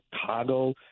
Chicago